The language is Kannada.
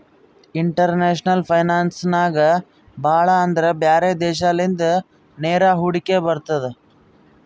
ಇಂಟರ್ನ್ಯಾಷನಲ್ ಫೈನಾನ್ಸ್ ನಾಗ್ ಭಾಳ ಅಂದುರ್ ಬ್ಯಾರೆ ದೇಶಲಿಂದ ನೇರ ಹೂಡಿಕೆ ಬರ್ತುದ್